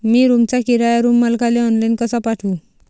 मी रूमचा किराया रूम मालकाले ऑनलाईन कसा पाठवू?